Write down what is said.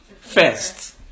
first